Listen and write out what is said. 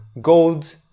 gold